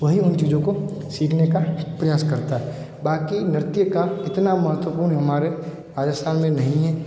वही उन चीज़ों को सीखेने का प्रयास करता है बाकी नृत्य का इतना महत्वपूर्ण हमारे राजस्थान में नहीं है